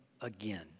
again